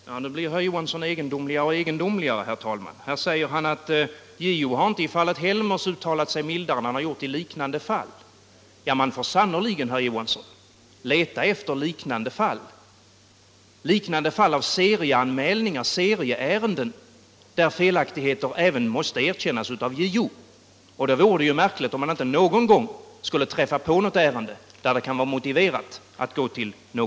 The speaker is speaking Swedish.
Herr talman! Nu blir herr Johansson i Trollhättan egendomligare och egendomligare. Han säger att JO i fallet Helmers inte har uttalat sig mildare än i liknande fall. Man får sannerligen, herr Johansson, leta efter ett liknande fall av serieanmälningar, där felaktigheterna måste er kännas även av JO. Det vore märkligt om man inte någon gång skulle - Nr 64 träffa på ett ärende där det vore motiverat med en åtgärd.